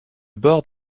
bord